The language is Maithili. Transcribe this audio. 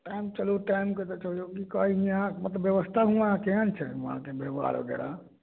टाइम चलु टाइमके तऽ छोड़िऔ ई कहली अहाँ व्यवस्था हुआँ केहन छै हुआँके व्यवहार वगैरह